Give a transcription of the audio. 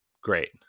Great